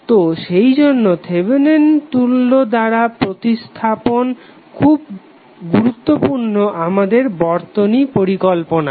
তো সেইজন্য থেভেনিন তুল্য দ্বারা প্রতিস্থাপন খুবই গুরুত্বপূর্ণ আমাদের বর্তনী পরিকল্পনাতে